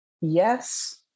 yes